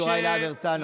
אדוני היושב-ראש,